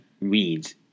reads